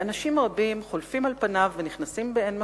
אנשים רבים חולפים על פניו ונכנסים באין מפריע,